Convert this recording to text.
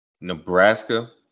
Nebraska